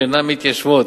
שאינן מתיישבות